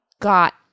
got